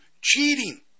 Cheating